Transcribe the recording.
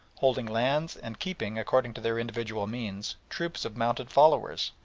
holding lands and keeping, according to their individual means, troops of mounted followers,